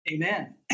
Amen